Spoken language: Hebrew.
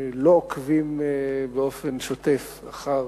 לא עוקבים באופן שוטף אחר